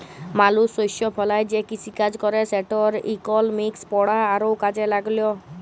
মালুস শস্য ফলায় যে কিসিকাজ ক্যরে সেটর ইকলমিক্স পড়া আরও কাজে ল্যাগল